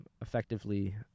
effectively